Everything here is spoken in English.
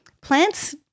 plants